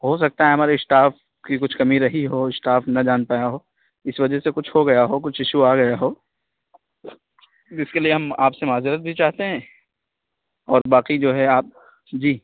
ہو سکتا ہے ہمارے اسٹاف کی کچھ کمی رہی ہو اسٹاف نہ جان پایا ہو اس وجہ سے کچھ ہو گیا ہو کچھ ایشو آ گیا ہو جس کے لیے ہم آپ سے معزرت بھی چاہتے ہیں اور باقی جو ہے آپ جی